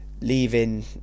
leaving